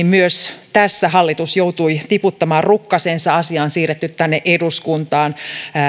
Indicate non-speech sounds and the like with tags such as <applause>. <unintelligible> myös tässä hallitus joutui tiputtamaan rukkasensa asia on siirretty tänne eduskuntaan